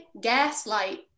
Gaslight